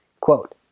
Quote